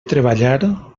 treballar